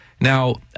Now